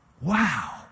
wow